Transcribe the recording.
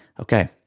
okay